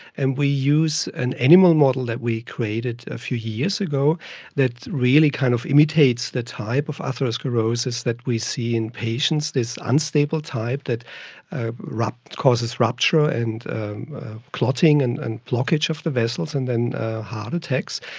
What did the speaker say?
and we use an animal model that we created a few years ago that really kind of imitates the type of atherothrombosis that we see in patients, this unstable type that ah causes rupture and clotting and and blockage of the vessels and then heart attacks.